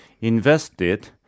invested